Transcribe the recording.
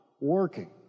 working